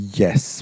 yes